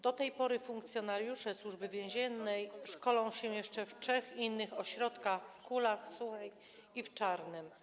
Do tej pory funkcjonariusze Służby Więziennej szkolili się jeszcze w trzech innych ośrodkach: w Kulach, Suchej i w Czarnem.